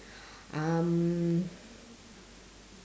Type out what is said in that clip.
um